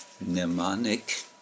mnemonic